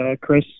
Chris